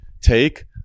take